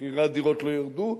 מחירי הדירות לא ירדו.